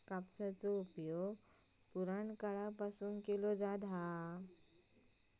कापसाचो उपयोग पुराणकाळापासून केलो जाता हा